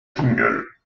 singles